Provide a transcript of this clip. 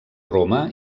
roma